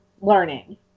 learning